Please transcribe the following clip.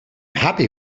happy